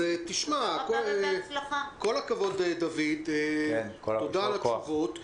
כל הכבוד, דוד ותודה על התשובות.